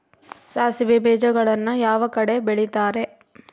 ಸಾಸಿವೆ ಬೇಜಗಳನ್ನ ಯಾವ ಕಡೆ ಬೆಳಿತಾರೆ?